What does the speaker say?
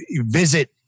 visit